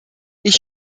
ich